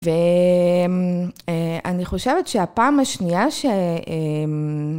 ואני חושבת שהפעם השנייה ש...